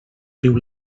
riu